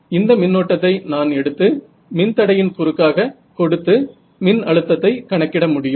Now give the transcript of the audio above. அந்த மின்னோட்டத்தை நான் எடுத்து மின்தடையின் குறுக்காக கொடுத்து மின் அழுத்தத்தை கணக்கிட முடியும்